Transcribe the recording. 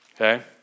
Okay